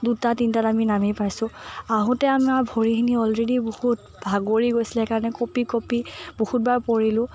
দুটা তিনিটাত আমি নামি পাইছোঁ আহোঁতে আমাৰ ভৰিখিনি অলৰেদি বহুত ভাগৰি গৈছিলে সেইকাৰণে কঁপি কঁপি বহুতবাৰ পৰিলোঁ